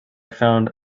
found